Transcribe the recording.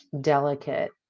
delicate